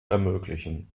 ermöglichen